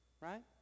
right